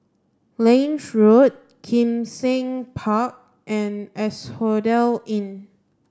Lange Road Kim Seng Park and Asphodel Inn